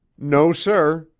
no, sir,